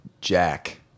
Jack